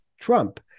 Trump